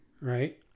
Right